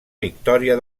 victòria